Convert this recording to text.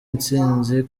intsinzi